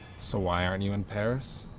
so why aren't you in paris?